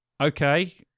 Okay